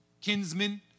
kinsmen